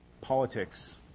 politics